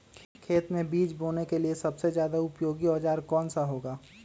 खेत मै बीज बोने के लिए सबसे ज्यादा उपयोगी औजार कौन सा होगा?